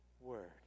word